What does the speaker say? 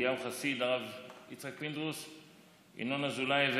אליהו חסיד, הרב יצחק פינדרוס, ינון אזולאי,